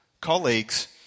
colleagues